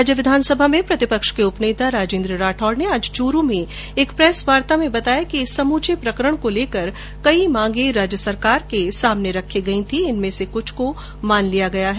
राज्य विधानसभा में प्रतिपक्ष के उप नेता राजेन्द्र राठौड़ ने आज चूरू में एक प्रेस वार्ता में बताया कि इस समूचे प्रकरण को लेकर कई मांगे राज्य सरकार के समक्ष रखी गई थी जिनमें से कुछ को मान लिया गया है